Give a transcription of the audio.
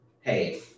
Hey